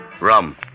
Rum